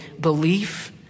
belief